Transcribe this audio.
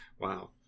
Wow